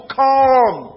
come